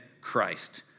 Christ